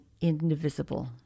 indivisible